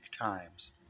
times